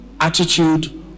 attitude